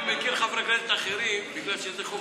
אני מכיר חברי כנסת אחרים שבגלל שזה "חוק